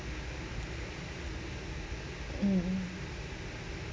mm